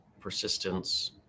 persistence